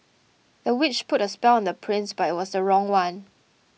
the witch put a spell on the prince but it was the wrong one